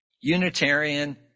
Unitarian